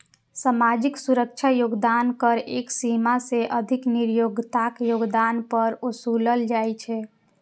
सामाजिक सुरक्षा योगदान कर एक सीमा सं अधिक नियोक्ताक योगदान पर ओसूलल जाइ छै